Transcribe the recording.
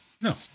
No